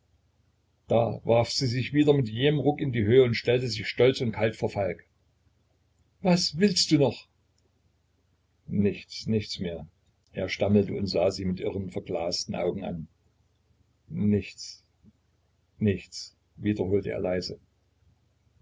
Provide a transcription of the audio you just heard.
da warf sie sich wieder mit jähem ruck in die höhe und stellte sich stolz und kalt vor falk was willst du also noch nichts nichts mehr er stammelte und sah sie mit irren verglasten augen an nichts nichts wiederholte er leise